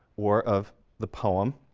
or of the poem,